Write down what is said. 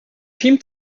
team